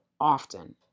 often